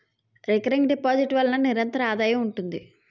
recurring deposit ల వలన నిరంతర ఆదాయం ఉంటుంది